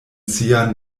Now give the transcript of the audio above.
sia